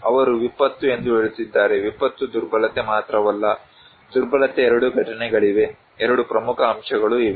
ಅವರು ವಿಪತ್ತು ಎಂದು ಹೇಳುತ್ತಿದ್ದಾರೆ ವಿಪತ್ತು ದುರ್ಬಲತೆ ಮಾತ್ರವಲ್ಲ ದುರ್ಬಲತೆ ಎರಡು ಘಟಕಗಳಿವೆ ಎರಡು ಪ್ರಮುಖ ಅಂಶಗಳು ಇವೆ